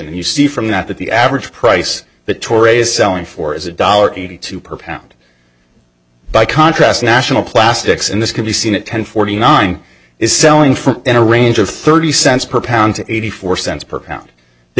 and you see from that that the average price that torah is selling for is a dollar eighty two per pound by contrast national plastics in this can be seen at ten forty nine is selling for a range of thirty cents per pound to eighty four cents per pound there